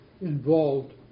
involved